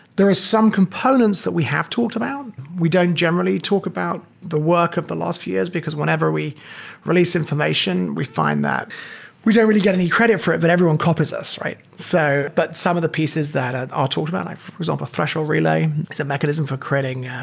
there are some components that we have talked about. we don't generally talk about the work of the last few years because whenever we release information, we find that we don't really get any credit for it, but everyone copies us, right? so but some of the pieces that ah are told about, like for example um threshold relay. it's a mechanism for creating